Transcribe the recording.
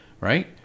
right